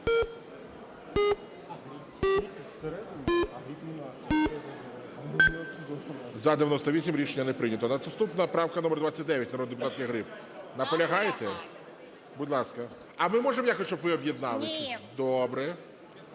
За-98 Рішення не прийнято. Наступна правка номер 29 народної депутатки Гриб. Наполягаєте? Будь ласка. А ми можемо якось, щоб ви об'єднали? 13:52:01